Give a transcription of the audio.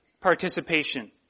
participation